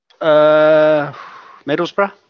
Middlesbrough